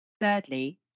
Thirdly